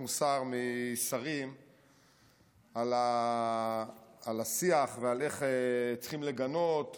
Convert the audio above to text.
מוסר משרים על השיח ועל איך צריכים לגנות וכו'.